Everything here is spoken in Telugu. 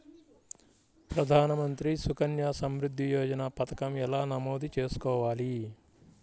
ప్రధాన మంత్రి సుకన్య సంవృద్ధి యోజన పథకం ఎలా నమోదు చేసుకోవాలీ?